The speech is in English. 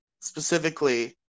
specifically